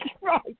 right